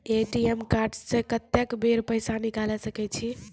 ATM card से कत्तेक बेर पैसा निकाल सके छी?